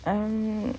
um